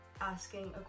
asking